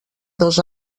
dos